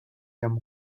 ihrem